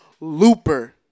Looper